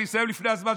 אני אסיים לפני הזמן,